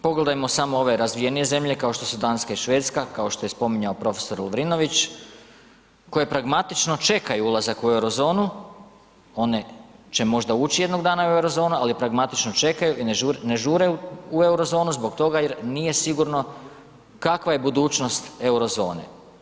Pogledajmo samo ove razvijenije zemlje kao što su Danska i Švedska, kao što je spominjao profesor Lovrinović, koje pragmatično čekaju ulazak u euro zonu, one će možda ući jednog dana u euro zonu, ali pragmatično čekaju i ne žure u euro zonu zbog toga jer nije sigurno kakva je budućnost euro zone.